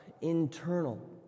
internal